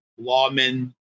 lawmen